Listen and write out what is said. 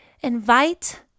invite